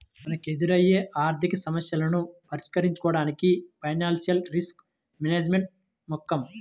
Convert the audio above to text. మనకెదురయ్యే ఆర్థికసమస్యలను పరిష్కరించుకోడానికి ఫైనాన్షియల్ రిస్క్ మేనేజ్మెంట్ ముక్కెం